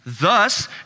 Thus